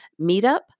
Meetup